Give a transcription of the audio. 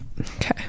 okay